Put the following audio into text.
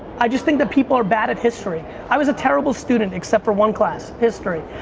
i just think that people are bad at history. i was a terrible student except for one class, history,